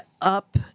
up